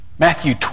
Matthew